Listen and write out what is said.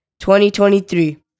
2023